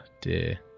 dear